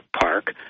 Park